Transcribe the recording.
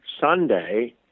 sunday